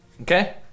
Okay